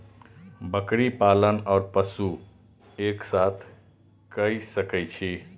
बकरी पालन ओर पशु एक साथ कई सके छी?